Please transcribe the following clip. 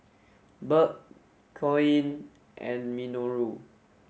Burke Coen and Minoru